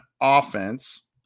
offense